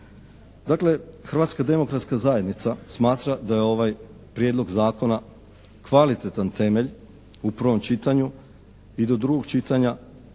Dakle, Hrvatska demokratska zajednica smatra da je ovaj Prijedlog zakona kvalitetan temelj u prvom čitanju i do drugog čitanja